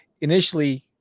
initially